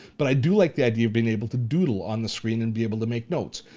but i do like the idea of being able to doodle on the screen and be able to make notes.